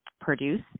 produce